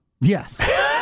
Yes